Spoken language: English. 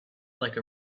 like